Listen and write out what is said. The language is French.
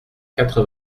quatre